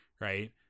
right